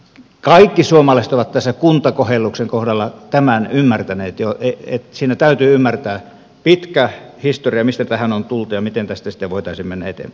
kaikki suomalaiset ovat tässä kuntakohelluksen kohdalla tämän ymmärtäneet jo että siinä täytyy ymmärtää pitkä historia mistä tähän on tultu ja miten tästä sitten voitaisiin mennä eteenpäin